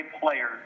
players